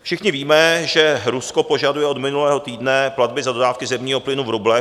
Všichni víme, že Rusko požaduje od minulého týdne platby za dodávky zemního plynu v rublech.